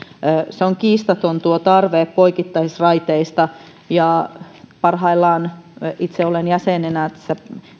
tuo tarve poikittaisraiteista on kiistaton parhaillaan itse olen jäsenenä tässä